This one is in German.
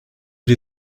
die